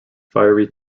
fiery